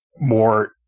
more